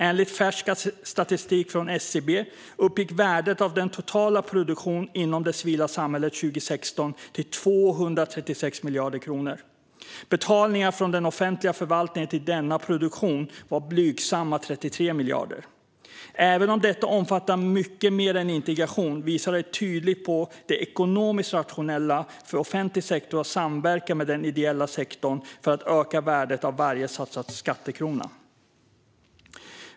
Enligt färsk statistik från SCB uppgick värdet av den totala produktionen inom det civila samhället 2016 till 236 miljarder kronor. Betalningar från offentlig förvaltning till denna produktion var blygsamma 33 miljarder. Även om detta omfattar mycket mer än integration visar det tydligt på det ekonomiskt rationella för offentlig sektor att samverka med den ideella sektorn för att öka värdet av varje satsad skattekrona.